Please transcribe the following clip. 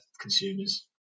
consumers